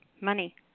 money